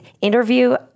interview